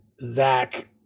Zach